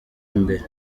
imbere